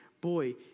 boy